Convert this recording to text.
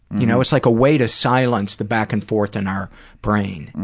you know it's like a way to silence the back-and-forth in our brain,